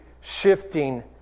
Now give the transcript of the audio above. shifting